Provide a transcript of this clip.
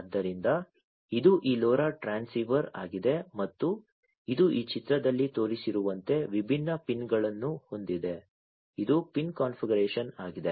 ಆದ್ದರಿಂದ ಇದು ಈ LoRa ಟ್ರಾನ್ಸ್ಸಿವರ್ ಆಗಿದೆ ಮತ್ತು ಇದು ಈ ಚಿತ್ರದಲ್ಲಿ ತೋರಿಸಿರುವಂತೆ ವಿಭಿನ್ನ ಪಿನ್ಗಳನ್ನು ಹೊಂದಿದೆ ಇದು ಪಿನ್ ಕಾನ್ಫಿಗರೇಶನ್ ಆಗಿದೆ